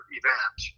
event